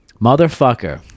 Motherfucker